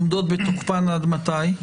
עומדות בתוקפן, עד מתי?